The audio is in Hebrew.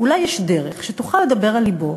אולי יש דרך שתוכל לדבר על לבו.